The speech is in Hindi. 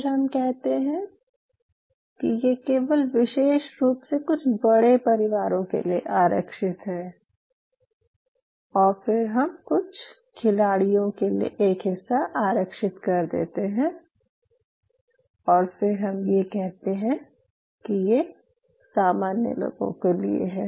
फिर हम कहते हैं कि यह केवल विशेष रूप से कुछ बड़े परिवारों के लिए आरक्षित है और फिर हम कुछ खिलाड़ियों के लिए एक हिस्सा आरक्षित कर देते हैं और फिर हम ये कहते हैं कि ये सामान्य लोगों के लिए है